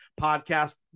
podcast